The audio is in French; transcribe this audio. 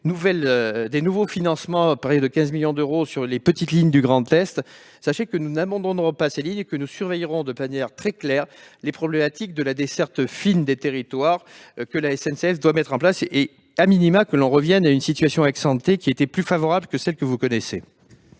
de nouveaux financements, pour près de 15 millions d'euros, sur les petites lignes du Grand Est. Nous n'abandonnerons pas ces lignes et nous surveillerons attentivement les problématiques de la desserte fine des territoires que la SNCF doit mettre en place., nous exigerons que l'on revienne à la situation, qui était plus favorable que celles que vous connaissez